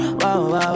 wow